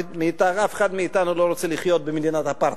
אף אחד מאתנו לא רוצה לחיות במדינת אפרטהייד.